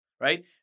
right